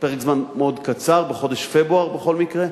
פרק זמן מאוד קצר, בחודש פברואר בכל מקרה,